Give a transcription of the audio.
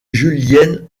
julienne